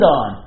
on